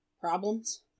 problems